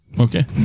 Okay